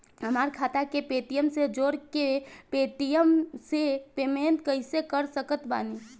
हमार खाता के पेटीएम से जोड़ के पेटीएम से पेमेंट कइसे कर सकत बानी?